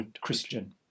Christian